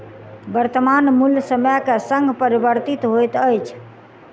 वर्त्तमान मूल्य समय के संग परिवर्तित होइत अछि